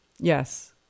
Yes